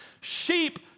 Sheep